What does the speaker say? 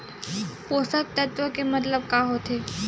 पोषक तत्व के मतलब का होथे?